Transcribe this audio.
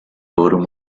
boredom